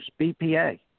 BPA